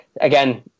again